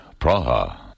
Praha